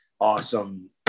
awesome